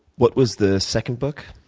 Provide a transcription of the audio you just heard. what was the second book?